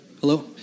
Hello